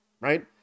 right